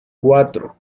cuatro